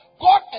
God